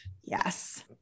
Yes